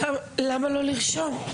למה לא לרשום?